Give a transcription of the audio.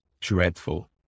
dreadful